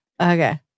okay